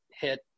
hit